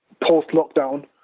post-lockdown